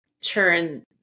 turn